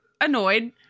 annoyed